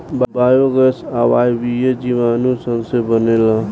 biogas अवायवीय जीवाणु सन से बनेला